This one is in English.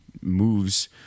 moves